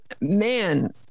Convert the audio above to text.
man